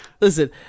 Listen